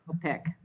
pick